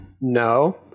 No